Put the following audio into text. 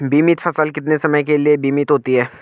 बीमित फसल कितने समय के लिए बीमित होती है?